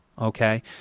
okay